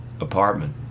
apartment